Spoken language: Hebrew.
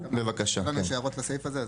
ואם יש הערות לסעיף הזה.